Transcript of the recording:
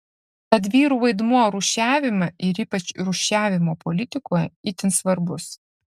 tad vyrų vaidmuo rūšiavime ir ypač rūšiavimo politikoje itin svarbus